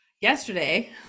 yesterday